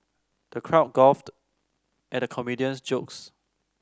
the crowd guffawed at comedian's jokes